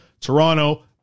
Toronto